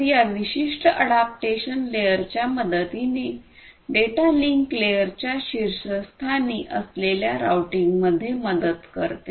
तर या विशिष्ट अॅडॉप्टेशन लेयरच्या मदतीने डेटा लिंक लेयरच्या शीर्षस्थानी असलेल्या राउटिंगमध्ये मदत करते